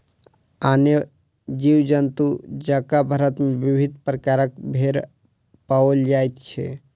आने जीव जन्तु जकाँ भारत मे विविध प्रकारक भेंड़ पाओल जाइत छै